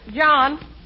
John